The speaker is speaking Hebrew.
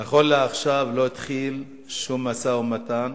נכון לעכשיו, לא התחיל שום משא-ומתן